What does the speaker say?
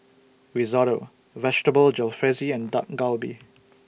Risotto Vegetable Jalfrezi and Dak Galbi